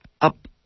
up